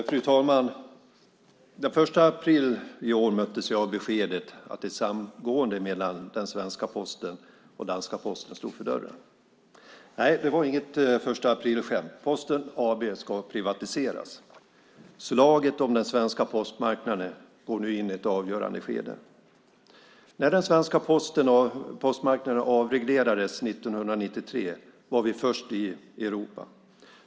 Fru talman! Den 1 april i år möttes vi av beskedet att ett samgående mellan den svenska Posten och den danska Posten stod för dörren. Nej, det var inget förstaaprilskämt. Posten AB ska privatiseras. Slaget om den svenska postmarknaden går nu in i ett avgörande skede. När den svenska postmarknaden avreglerades år 1993 var vi först i Europa.